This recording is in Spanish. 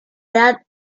edad